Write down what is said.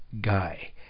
guy